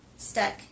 stuck